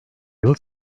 yıl